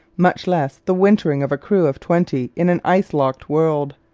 much less the wintering of a crew of twenty in an ice-locked world.